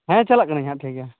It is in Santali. ᱦᱮᱸ ᱪᱟᱞᱟᱜ ᱠᱟᱱᱟᱹᱧ ᱦᱟᱜ ᱴᱷᱤᱠ ᱜᱮᱭᱟ